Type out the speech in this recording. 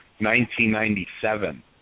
1997